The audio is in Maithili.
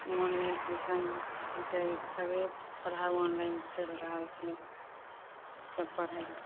मन अइसन हिकै सगरे पढ़ाइ ऑनलाइन चलि रहल छै सब पढ़ए